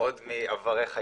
עוד מעברך העיתונאי.